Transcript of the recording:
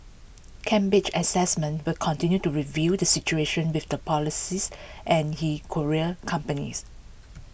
Cambridge Assessment will continue to review the situation with the polices and he courier companies